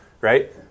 right